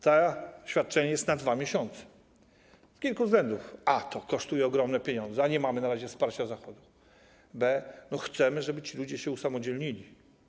To świadczenie przewidziane jest na 2 miesiące z kilku względów: A - to kosztuje ogromne pieniądze, a nie mamy na razie wsparcia Zachodu; B - chcemy, żeby ci ludzie się usamodzielnili.